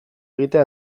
egitea